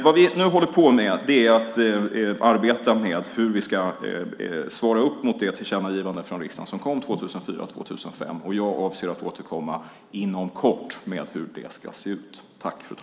Vi arbetar med hur vi ska svara på tillkännagivandet från riksdagen som kom 2004/05. Jag avser att återkomma inom kort med hur det ska se ut.